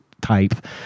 type